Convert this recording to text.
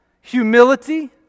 humility